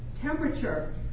temperature